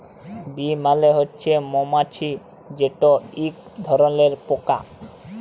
bee মালে হছে মমাছি যেট ইক ধরলের পকা